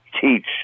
teach